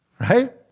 right